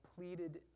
pleaded